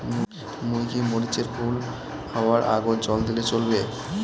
মুই কি মরিচ এর ফুল হাওয়ার আগত জল দিলে চলবে?